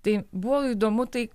tai buvo įdomu tai